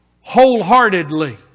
wholeheartedly